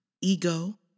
ego